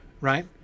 right